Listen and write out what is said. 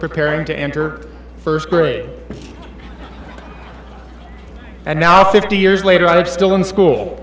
preparing to enter first grade and now fifty years later i'm still in school